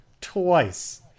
Twice